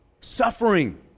Suffering